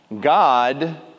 God